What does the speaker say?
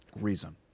reason